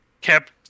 kept